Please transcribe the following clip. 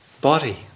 body